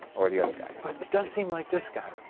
or the other guy. but it does seem like this guy.